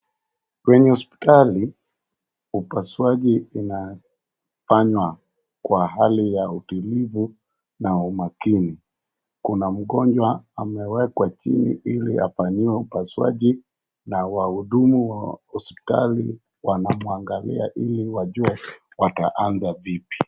Kwenye hosiptali, upasuaji inafanywa kwa hali ya utulivu na umakini, kuna mgonjwa amewekwa chini ili afanyiwe upasuaji na wahudumu wa hosiptali wanamwangalia ili wajue wataanza vipi.